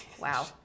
Wow